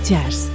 Jazz